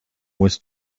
was